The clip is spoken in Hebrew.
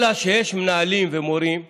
אלא שיש מנהלים ומורים שמרשים,